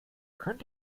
könnt